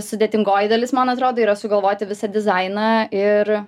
sudėtingoji dalis man atrodo yra sugalvoti visą dizainą ir